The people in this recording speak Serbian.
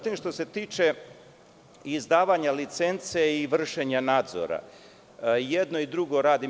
Što se tiče izdavanja licence i vršenje nadzora, jedno i drugo radi MUP.